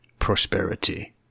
Prosperity